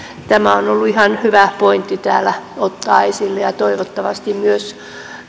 tämä on ollut ihan hyvä pointti täällä ottaa esille ja ja toivottavasti myös